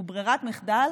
הוא ברירת מחדל,